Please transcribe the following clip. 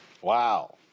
Wow